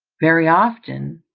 very often,